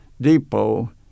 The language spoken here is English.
depot